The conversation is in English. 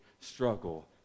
struggle